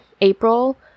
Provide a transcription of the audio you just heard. April